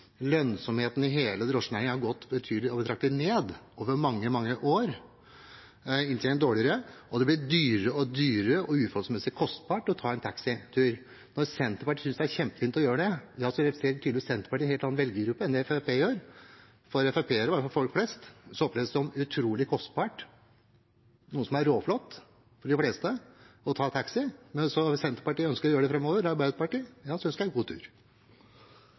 lønnsomheten i hele drosjenæringen har gått betydelig ned over mange, mange år. Inntjeningen er dårligere, og det blir dyrere og dyrere og uforholdsmessig kostbart å ta en taxitur. Når Senterpartiet synes det er kjempefint å gjøre det, representerer Senterpartiet tydeligvis en helt annen velgergruppe enn det Fremskrittspartiet gjør. For FrP-ere, og i alle fall for folk flest, oppleves det som utrolig kostbart, som noe som er råflott for de fleste, å ta taxi. Men hvis Senterpartiet ønsker å gjøre det framover, sammen med Arbeiderpartiet, ønsker jeg dem god tur.